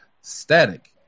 Static